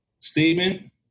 statement